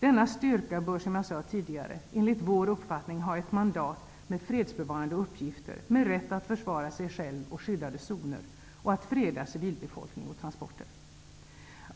Denna styrka bör, som jag sade tidigare, ha ett mandat avseende fredsbevarande uppgifter, med rätt att försvara sig själv och skyddade zoner och att freda civilbefolkningen och transporter.